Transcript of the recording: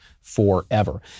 forever